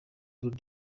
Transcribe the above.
bull